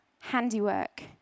handiwork